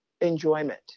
enjoyment